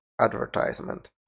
advertisement